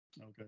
Okay